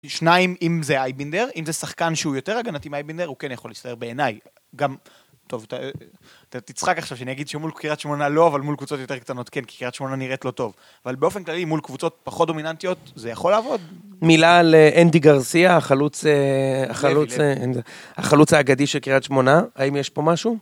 שניים, אם זה אייבנדר, אם זה שחקן שהוא יותר הגנתי עם אייבנדר, הוא כן יכול להסתער בעיניי. גם, טוב, תצחק עכשיו שאני אגיד שמול קריית שמונה לא, אבל מול קבוצות יותר קטנות כן, כי קריית שמונה נראית לא טוב. אבל באופן כללי, מול קבוצות פחות דומיננטיות, זה יכול לעבוד. מילה לאנדי גרסיה, החלוץ האגדי של קריית שמונה, האם יש פה משהו?